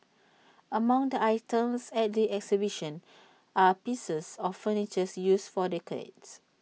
among the items at the exhibition are pieces of furnitures used for decades